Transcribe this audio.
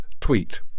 tweet